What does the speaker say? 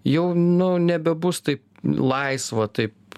jau nu nebebus taip laisva taip